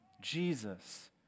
Jesus